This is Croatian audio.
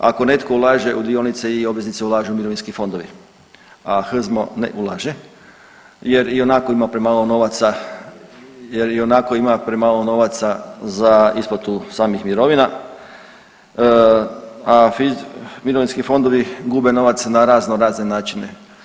Ako netko ulaže u dionice i obveznice, ulažu mirovinski fondovi, a HZMO ne ulaže jer ionako ima premalo novaca, jer ionako ima premalo novaca za isplatu samih mirovina, a mirovinski fondovi gube novac na raznorazne načine.